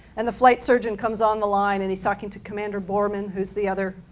and the flight surgeon comes on the line and he is talking to commander borman, who is the other,